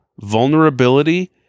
vulnerability